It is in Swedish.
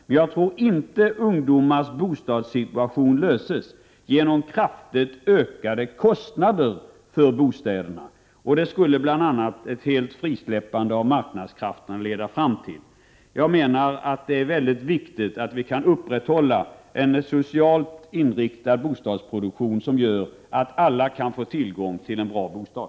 Men jag tror inte att ungdomars bostadsproblem löses genom kraftigt ökade kostnader för bostäderna. Bl.a. det skulle ett frisläppande helt och hållet av marknadskrafterna leda till. Jag menar att det är viktigt att vi kan upprätthålla en socialt inriktad bostadsproduktion som gör att alla kan få tillgång till en bra bostad.